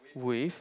with